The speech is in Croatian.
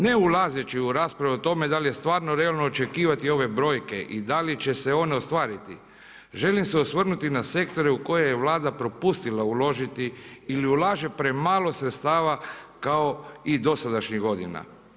Ne ulazeći u raspravu o tome da li je stvarno realno očekivati ove brojke i da li će se one ostvariti, želim se osvrnuti na sektore u koje je Vlada propustila uložiti ili ulaže premalo sredstava kao i dosadašnjih godina.